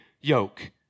yoke